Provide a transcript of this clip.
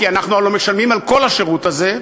כי אנחנו הלוא משלמים על כל השירות הזה,